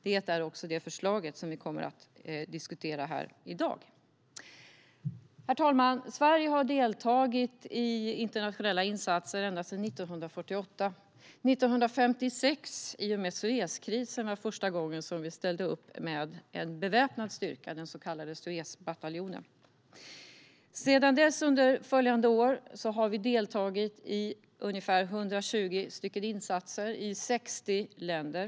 Detta är också det förslag som vi kommer att diskutera här i dag. Herr ålderspresident! Sverige har deltagit i internationella insatser ända sedan 1948. I samband med Suezkrisen 1956 ställde vi för första gången upp med en beväpnad styrka, den så kallade Suezbataljonen. Sedan dess har vi deltagit i ungefär 120 insatser i 60 länder.